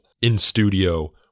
in-studio